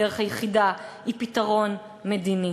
הדרך היחידה היא פתרון מדיני.